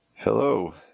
Hello